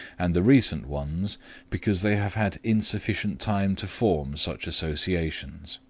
and the recent ones because they have had insufficient time to form such associations.